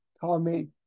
Tommy